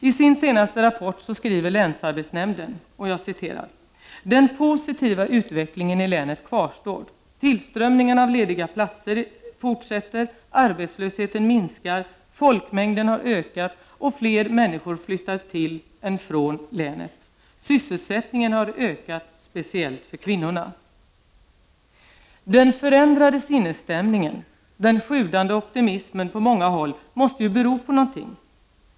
I sin senaste rapport skriver länsarbetsnämnden: ”Den positiva utvecklingen i länet kvarstår. Tillströmningen av lediga platser fortsätter. Arbetslösheten har minskat. Folkmängden har ökat och fler människor flyttar till än från länet. Sysselsättningen har ökat speciellt för kvinnorna.” Den förändrade sinnesstämningen, den sjudande optimismen på många håll måste ju bero på någonting.